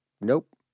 nope